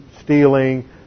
stealing